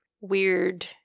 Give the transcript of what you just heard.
weird